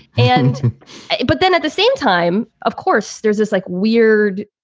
and but then at the same time, of course there's this like weird,